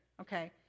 okay